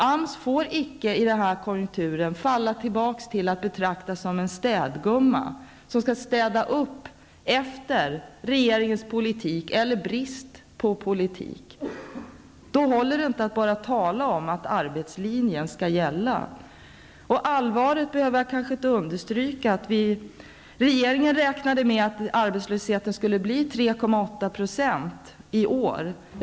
AMS får i den här konjunkturen icke falla tillbaka till att betraktas som en städgumma som skall städa upp efter regeringens politik eller brist på politik. Då håller det inte att bara tala om att arbetslinjen skall gälla. Allvaret kanske jag inte behöver understryka. Regeringen räknade med att arbetslösheten skulle bli 3,8 % i år.